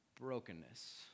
brokenness